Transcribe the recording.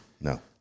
No